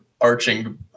arching